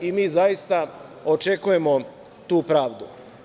Mi zaista, očekujemo tu pravdu.